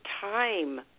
time